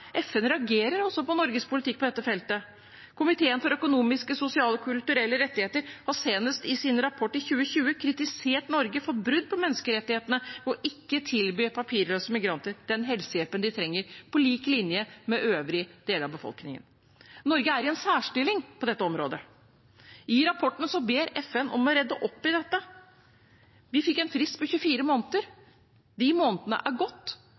reagerer også FN på Norges politikk på dette feltet. Komiteen for økonomiske, sosiale og kulturelle rettigheter kritiserte senest i sin rapport fra 2020 Norge for brudd på menneskerettighetene ved ikke å tilby papirløse migranter den helsehjelpen de trenger, på lik linje med den øvrige befolkningen. Norge er i en særstilling på dette området. I rapporten ber FN oss om å rette opp dette. Vi fikk en frist på 24 måneder. De månedene har gått,